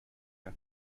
eux